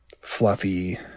fluffy